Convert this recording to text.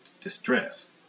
distress